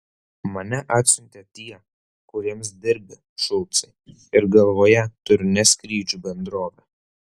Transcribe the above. mane atsiuntė tie kuriems dirbi šulcai ir galvoje turiu ne skrydžių bendrovę